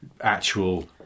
actual